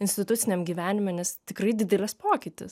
instituciniam gyvenime nes tikrai didelis pokytis